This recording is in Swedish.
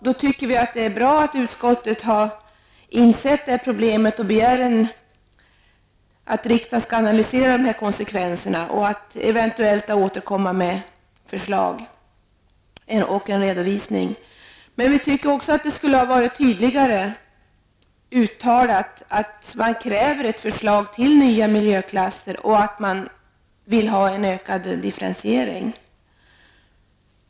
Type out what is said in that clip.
Det är bra att utskottet har insett problemet och begär att regeringen skall analysera konsekvenserna och eventuellt återkomma med förslag och en redovisning. Vi tycker dock att det skulle vara tydligare uttalat att man kräver ett förslag till nya miljöklasser och att man vill ha en ökad differentiering.